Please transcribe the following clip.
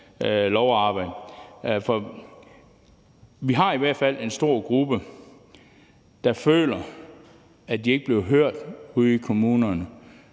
lovarbejdet. For vi har i hvert fald en stor gruppe, der føler, at de ikke bliver hørt ude i kommunerne.